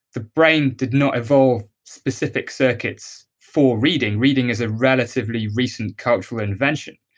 the brain did not evolve specific circuits for reading. reading is a relatively recent cultural invention.